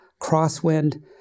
crosswind